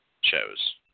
shows